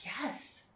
Yes